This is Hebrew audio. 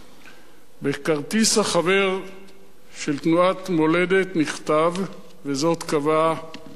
בכרטיס החבר של תנועת מולדת נכתב, וזאת קבע גנדי,